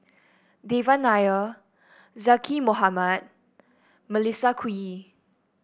Devan Nair Zaqy Mohamad Melissa Kwee